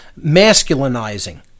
masculinizing